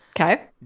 Okay